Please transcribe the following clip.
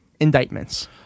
indictments